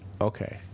okay